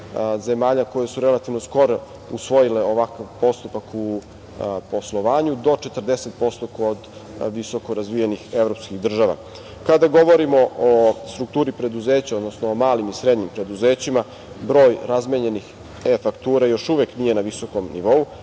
zemalja koje su relativno skoro usvojile ovakav postupak u poslovanju do 40% kod visokorazvijenih evropskih država. Kada govorimo o strukturi preduzeća, odnosno o malim i srednjim preduzećima, broj razmenjenih e-faktura još uvek nije na visokom nivou,